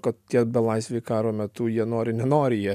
kad tie belaisviai karo metu jie nori nenori jie